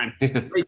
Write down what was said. time